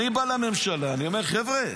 אני בא לממשלה, אני אומר: חבר'ה,